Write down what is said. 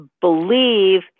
believe